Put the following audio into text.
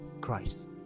Christ